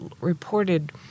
reported